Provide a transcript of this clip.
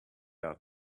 out